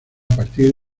partir